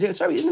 sorry